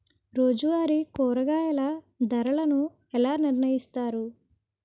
రోజువారి కూరగాయల ధరలను ఎలా నిర్ణయిస్తారు?